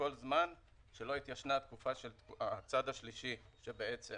כל זמן שלא התיישנה התקופה של הצד השלישי שבעצם